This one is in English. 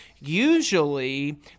Usually